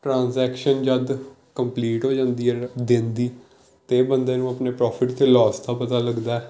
transaction ਜਦ complete ਹੋ ਜਾਂਦੀ ਹੈ ਜਿਹੜਾ ਦਿਨ ਦੀ ਅਤੇ ਬੰਦੇ ਨੂੰ ਆਪਣੇ ਪ੍ਰੋਫਿਟ ਅਤੇ ਲੋਸ ਦਾ ਪਤਾ ਲੱਗਦਾ